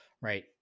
right